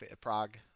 prague